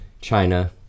China